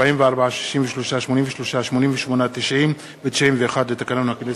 44, 63, 83, 88, 90 ו-91 לתקנון הכנסת.